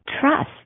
trust